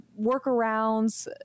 workarounds